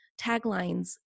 taglines